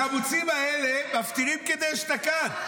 החמוצים האלה מפטירין כדאשתקד.